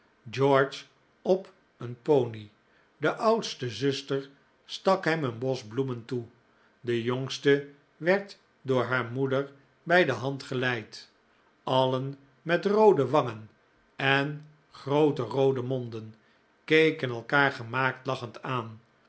george op een ponie de oudste zuster stak hem een bos bloemen toe de jongste werd door haar moeder bij de hand geleid alien met roode wangen en groote roode monden keken elkaar gemaakt lachend aan